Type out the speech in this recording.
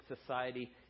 society